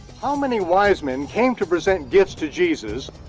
how many wise men came to present gifts to jesus,